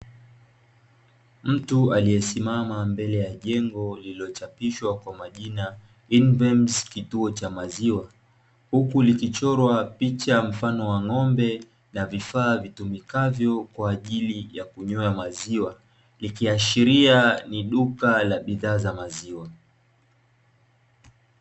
Mtu aliyesimama mbele ya jengo lililochapishwa kwa majina 'Invems kituo cha maziwa.' Huku likichorwa picha mfano wa ng'ombe na vifaa vitumikavyo kwa ajili ya kunywea maziwa. Likiashiria ni duka la bidhaa za maziwa.